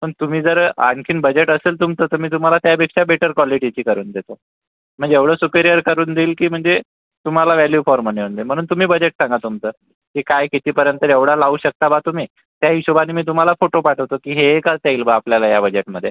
पण तुम्ही जर आणखी बजेट असेल तुमचं तर मी तुम्हाला त्यापेक्षा बेटर क्वालिटीचे करून देतो म्हणजे एवढं सुपीरियर करून देईल की म्हणजे तुम्हाला वॅल्यू फॉर मनी होऊन जाईल म्हणून तुम्ही बजेट सांगा तुमचं की काय कितीपर्यंत केवढा लावू शकता बा तुम्ही त्या हिशोबाने मी तुम्हाला फोटो पाठवतो की हे हे करता येईल बा आपल्याला या बजेटमध्ये